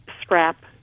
scrap